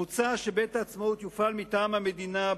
מוצע שבית-העצמאות יופעל מטעם המדינה,